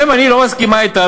גם אם אני לא מסכימה אתם,